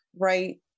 right